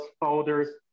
folders